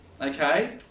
Okay